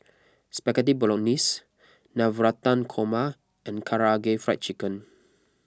Spaghetti Bolognese Navratan Korma and Karaage Fried Chicken